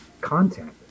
content